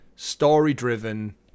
story-driven